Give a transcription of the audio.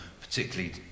particularly